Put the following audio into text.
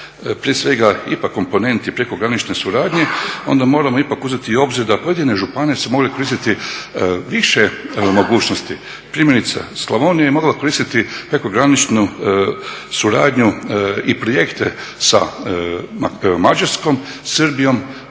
prije svega o IPA komponenti prekogranične suradnje onda moramo ipak uzeti u obzir da pojedine županije su morale koristiti više mogućnosti. Primjerice Slavonija je mogla koristiti prekograničnu suradnju i projekte sa Mađarskom, Srbijom,